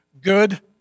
good